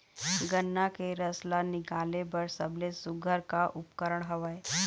गन्ना के रस ला निकाले बर सबले सुघ्घर का उपकरण हवए?